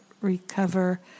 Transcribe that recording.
recover